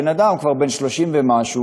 בן-אדם כבר בן 30 ומשהו,